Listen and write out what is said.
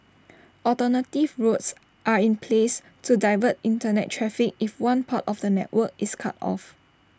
alternative routes are in place to divert Internet traffic if one part of the network is cut off